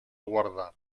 guardar